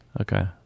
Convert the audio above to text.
Okay